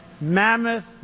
mammoth